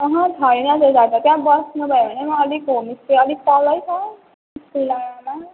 अहँ छैन त्यता त त्यहाँ बस्नु भयो भने पनि अलिक होमस्टे अलिक तलै छ खोलामा